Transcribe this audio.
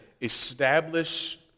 establish